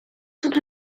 toute